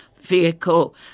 vehicle